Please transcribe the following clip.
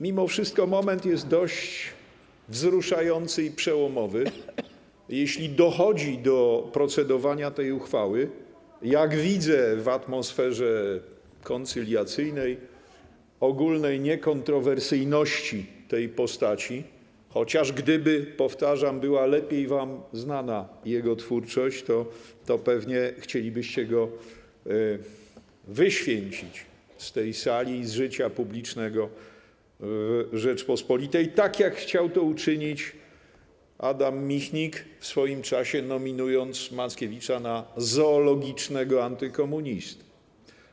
Mimo wszystko moment jest dość wzruszający i przełomowy, jeśli dochodzi do procedowania nad tą uchwałą w atmosferze, jak widzę, koncyliacyjnej, ogólnej niekontrowersyjności tej postaci, chociaż gdyby, powtarzam, była wam lepiej znana jego twórczość, pewnie chcielibyście go wyświęcić z tej sali i z życia publicznego Rzeczypospolitej, tak jak chciał to uczynić Adam Michnik, w swoim czasie nominując Mackiewicza na zoologicznego antykomunistę.